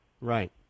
Right